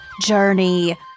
Journey